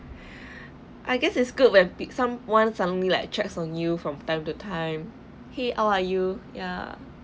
I guess it's good when big some one suddenly like checks on you from time to time !hey! how are you ya